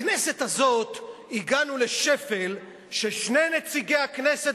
בכנסת הזאת הגענו לשפל ששני נציגי הכנסת